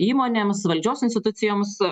įmonėms valdžios institucijoms